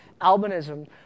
albinism